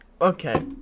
Okay